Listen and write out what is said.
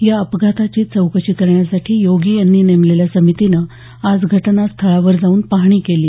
या अपघाताची चौकशी करण्यासाठी योगी यांनी नेमलेल्या समितीनं आज घटनास्थळावर जाऊन पाहणी केली